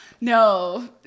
no